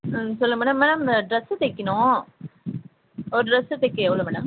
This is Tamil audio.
ஆ சொல்லுங்கள் மேடம் மேடமு ட்ரெஸ்ஸு தைக்கிணும் ஒரு ட்ரெஸ்ஸு தைக்க எவ்வளோ மேடம்